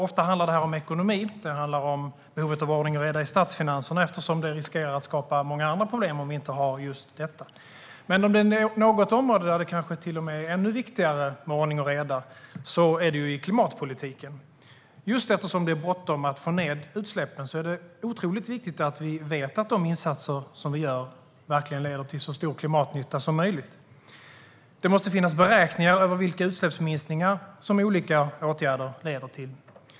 Ofta handlar det om ekonomi och om behovet av ordning och reda i statsfinanserna eftersom det riskerar att skapa många andra problem om vi inte har ordning och reda där. Men om det finns något område där det är ännu viktigare med ordning och reda är det i klimatpolitiken. Just eftersom det är bråttom att få ned utsläppsmängderna är det otroligt viktigt att vi vet att de insatser som vi gör verkligen leder till så stor klimatnytta som möjligt. Det måste finnas beräkningar över vilka utsläppsminskningar som olika åtgärder leder till.